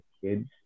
kids